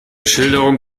schilderungen